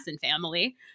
family